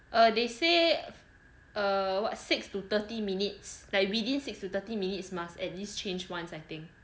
err they say err what six to thirty minutes like within six to thirty minutes must at least change once I think